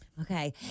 Okay